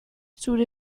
zure